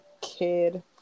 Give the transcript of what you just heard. kid